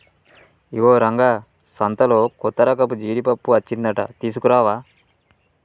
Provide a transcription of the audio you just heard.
ఇగో రంగా సంతలో కొత్తరకపు జీడిపప్పు అచ్చిందంట తీసుకురావా